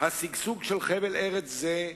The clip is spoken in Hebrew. השגשוג של חבל-ארץ זה,